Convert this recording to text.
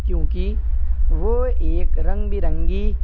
کیونکہ وہ ایک رنگ برنگی